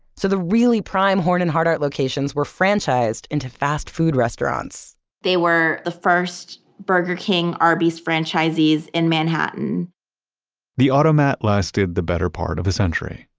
so the really prime horn and hardart locations were franchised into fast food restaurants they were the first burger king and arby's franchisees in manhattan the automat lasted the better part of a century,